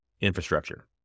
infrastructure